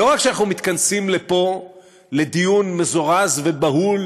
לא רק שאנחנו מתכנסים פה לדיון מזורז ובהול